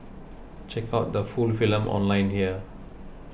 check out the full film online here